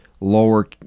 lower